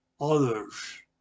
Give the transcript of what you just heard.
others